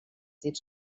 dits